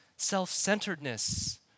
Self-centeredness